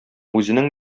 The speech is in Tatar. үзенең